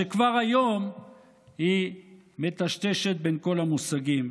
שכבר היום היא מטשטשת בין כל המושגים,